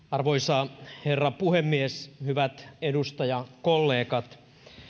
arvoisa herra puhemies hyvät edustajakollegat